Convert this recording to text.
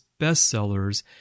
bestsellers